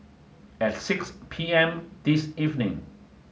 at six pm this evening